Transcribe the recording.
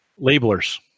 labelers